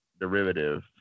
derivative